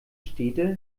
städte